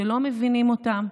שלא מבינים אותם,